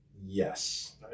Yes